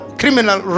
criminal